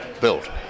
built